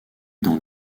dans